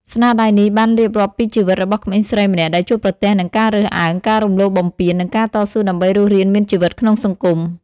ស្នាដៃនេះបានរៀបរាប់ពីជីវិតរបស់ក្មេងស្រីម្នាក់ដែលជួបប្រទះនឹងការរើសអើង ការរំលោភបំពាន និងការតស៊ូដើម្បីរស់រានមានជីវិតក្នុងសង្គម។